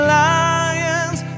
lions